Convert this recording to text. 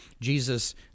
Jesus